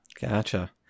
Gotcha